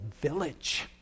Village